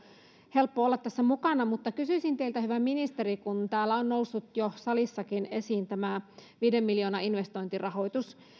helppo olla tässä mukana kysyisin teiltä hyvä ministeri kun täällä on noussut jo salissakin esiin tämä viiden miljoonan investointirajoitus